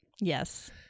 Yes